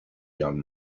young